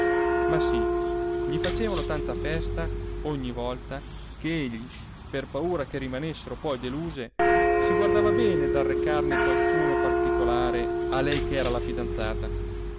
ma sì gli facevano tanta festa ogni volta che egli per paura che rimanessero poi deluse si guardava bene dal recarne qualcuno particolare a lei ch'era la fidanzata